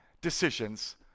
decisions